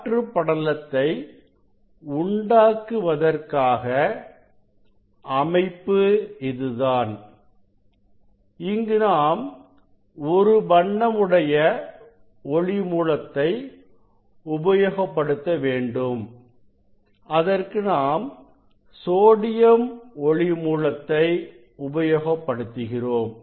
காற்று படலத்தை உண்டாக்குவதற்காக அமைப்பு இதுதான் இங்கு நாம் ஒரு வண்ணம் உடைய ஒளி மூலத்தை உபயோகப்படுத்த வேண்டும் அதற்கு நாம் சோடியம் ஒளி மூலத்தை உபயோகப்படுத்துகிறோம்